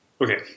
Okay